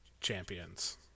champions